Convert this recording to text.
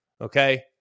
Okay